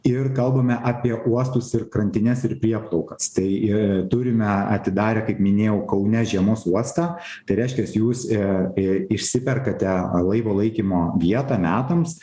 ir kalbame apie uostus ir krantines ir prieplaukas tai e turime atidarę kaip minėjau kaune žiemos uostą tai reiškias jūs e išsiperkate laivo laikymo vietą metams